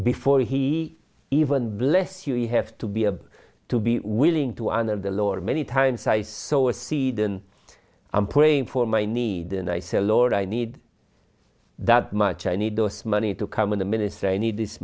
before he even bless you you have to be a to be willing to under the law are many times i saw a seed and i'm praying for my need and i say lord i need that much i need those money to come in the minutes i need this